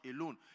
alone